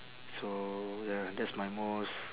so ya that's my most